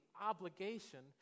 obligation